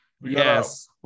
yes